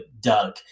Doug